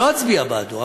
לא אצביע בעדו.